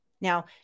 Now